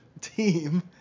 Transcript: team